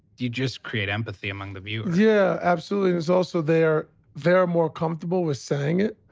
you just create empathy among the viewer. yeah. absolutely. and it's also they're they're more comfortable with saying it,